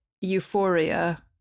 Euphoria